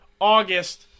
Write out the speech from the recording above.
August